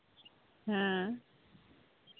ᱦᱮᱸ